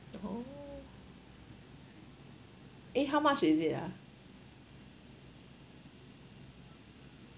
oh eh how much is it ah